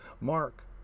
mark